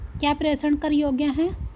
क्या प्रेषण कर योग्य हैं?